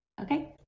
Okay